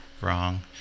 wrong